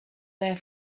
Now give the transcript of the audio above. their